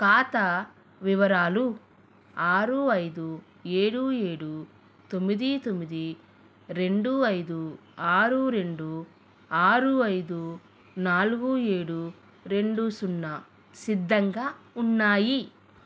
ఖాతా వివరాలు ఆరు ఐదు ఏడు ఏడు తొమ్మిది తొమ్మిది రెండు ఐదు ఆరు రెండు ఆరు ఐదు నాలుగు ఏడు రెండు సున్నా సిద్ధంగా ఉన్నాయి